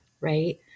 Right